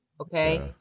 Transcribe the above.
Okay